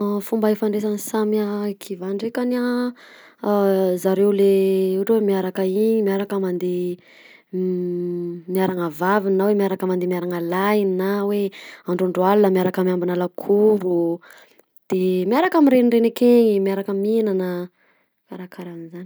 Ah ny fomba ifandraisany samy kiva nndrekany a zareo le ohatry miaraka iny miaraka mandeha miarana vaviny na hoe miaraka mandeha miarana lahiny na hoe androandro alina miaraka miambina lakoro de miaraka mirenireny ake miaraka mihinana karakara an'zany.